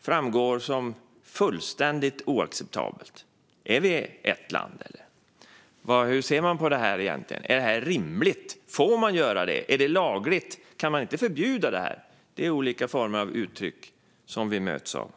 framstår som fullständigt oacceptabelt: Är vi ett land, eller hur ser man på det här egentligen? Är det här rimligt? Får man göra det? Är det lagligt? Kan man inte förbjuda det här? Detta är olika former av uttryck som vi möts av.